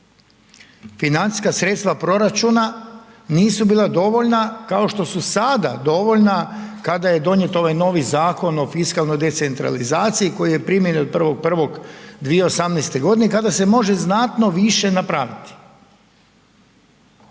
Financijska sredstava proračuna nisu bila dovoljna, kao što su sada dovoljna kada je donijet ovaj novi Zakon o fiskalnoj decentralizaciji koji je u primjeni od 1.1.2018. godine i kada se može znatno više napraviti.